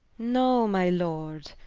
no, my lord?